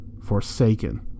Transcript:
Forsaken